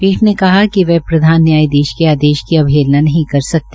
पीठ ने कहा है कि वह प्रधान न्यायधीश के आदेश की अवहेलना नहीं कर सकती